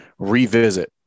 revisit